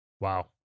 Wow